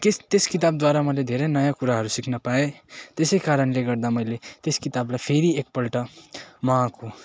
त्यस त्यस किताबद्वारा मैले धेरै नयाँ कुराहरू सिक्न पाएँ त्यसै कारणले गर्दा मैले त्यस किताबलाई फेरि एकपल्ट मगाएको